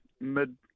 mid